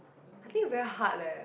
I think very hard leh